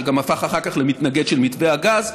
שגם הפך אחר כך למתנגד של מתווה הגז.